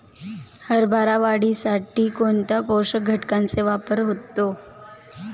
हरभरा वाढीसाठी कोणत्या पोषक घटकांचे वापर होतो?